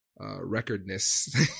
recordness